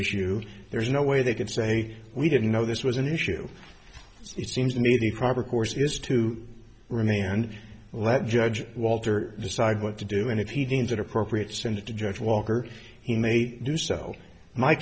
issue there's no way they can say we didn't know this was an issue it seems to me the proper course is to remain and let judge walter decide what to do and if he deems it appropriate since the judge walker he may do so my